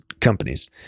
companies